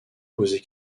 poser